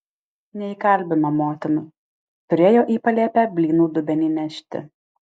neįkalbino motina turėjo į palėpę blynų dubenį nešti